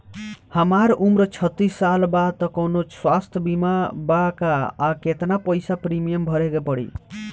हमार उम्र छत्तिस साल बा त कौनों स्वास्थ्य बीमा बा का आ केतना पईसा प्रीमियम भरे के पड़ी?